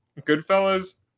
goodfellas